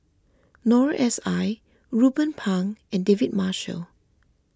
Noor S I Ruben Pang and David Marshall